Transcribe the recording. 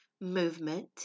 movement